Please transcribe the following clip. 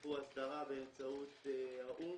הוא הסדרה באמצעות האו"ם,